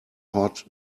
hot